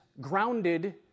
grounded